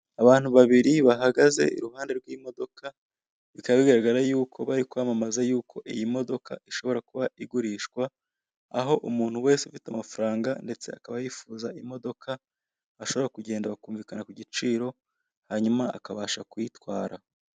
Abantu babiri bahagaze iruhande rw'imodoko, bikaba bigaragara yuko barikwamamaza yuko iyi modoka ishobora kuba igurishwa, aho umuntu wese ufite amafaranga ndetse akaba yifuza imodoka, ashobora kugenda bakumvikana kugiciro hanyuma akabasha kuyitwara.